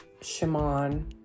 Shimon